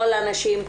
כל הנשים,